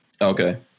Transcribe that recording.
okay